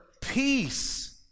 peace